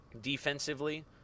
defensively